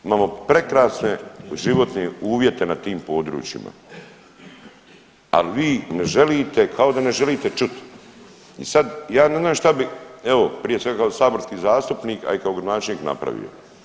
Imamo prekrasne životne uvjete na tim područjima, al vi ne želite, kao da ne želite čut i sad ja ne znam šta bi, evo prije svega kao saborski zastupnik, a i kao gradonačelnik napravio.